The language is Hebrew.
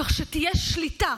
כך שתהיה שליטה